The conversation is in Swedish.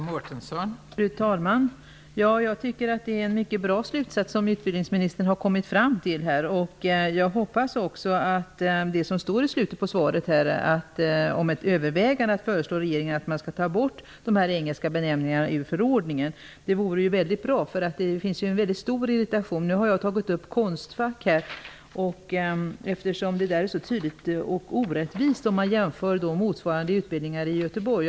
Fru talman! Jag tycker att utbildningsministern har kommit fram till en mycket bra slutsats. Jag hoppas att det som sades avslutningsvis i svaret, att man överväger att föreslå regeringen att de engelska benämningarna skall tas bort ur förordningen, genomförs. Det vore mycket bra. Det finns en mycket stor irritation. Jag har tagit upp exemplet med Konstfack. Det blir mycket tydligt och orättvist om man jämför med motsvarande utbildningar i Göteborg.